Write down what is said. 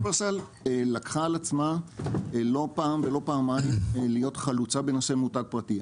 שופרסל לקחה על עצמה לא פעם ולא פעמיים להיות חלוצה בנושא מותג פרטי.